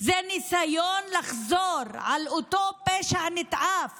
זה ניסיון לחזור על אותו פשע נתעב